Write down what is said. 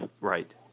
Right